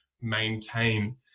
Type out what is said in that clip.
maintain